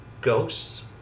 ghosts